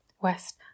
West